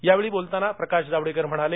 यावेळी बोलताना प्रकाश जावडेकर म्हणाले